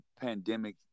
pandemic